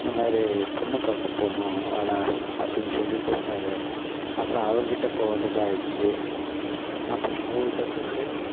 இதுமாதிரி பொண்ணு பார்க்க போகணும் வாடா அப்படின்னு சொல்லி கூப்பிட்டாரு அப்புறம் அவர்க் கிட்டே போக வேண்டியதாகிருச்சு அப்புறம் அவர்க் கிட்டே போய்விட்டு